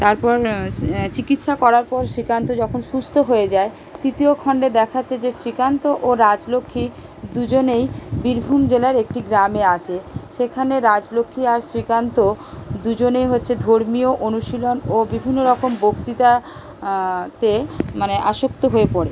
তারপর চিকিৎসা করার পর শ্রীকান্ত যখন সুস্থ হয়ে যায় তিতীয় খন্ডে দেখাচ্ছে যে শ্রীকান্ত ও রাজলক্ষ্মী দুজনেই বীরভূম জেলার একটি গ্রামে আসে সেখানে রাজলক্ষ্মী আর শ্রীকান্ত দুজনেই হচ্ছে ধর্মীয় অনুশীলন ও বিভিন্ন রকম বক্তৃতাতে মানে আসক্ত হয়ে পড়ে